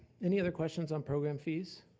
any other questions on program fees?